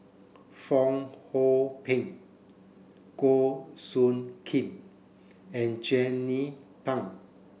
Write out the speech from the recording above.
Fong Hoe Beng Goh Soo Khim and Jernnine Pang